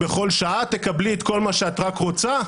"בכל שעה תקבלי את כל מה שאת רק רוצה".